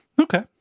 Okay